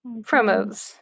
Promos